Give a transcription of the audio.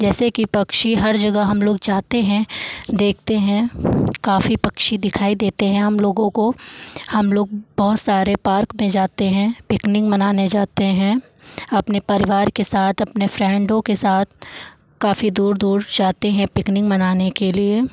जैसे कि पक्षी हर जगह हम लोग जाते हैं देखते हैं काफ़ी पक्षी दिखाई देते हैं हम लोगों को हम लोग बहुत सारे पार्क में जाते हैं पिकनिक मनाने जाते हैं अपने परिवार के साथ अपने फ्रेंडों के साथ काफी दूर दूर जाते हैं पिकनिक मनाने के लिए